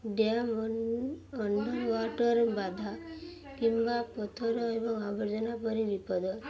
dam under water ବାଧା କିମ୍ବା ପଥର ଏବଂ ଆବର୍ଜନା ପରି ବିପଦ